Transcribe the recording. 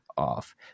off